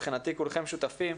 ומבחינתי כולכם משותפים,